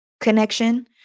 connection